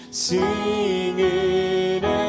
singing